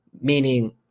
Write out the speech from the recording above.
meaning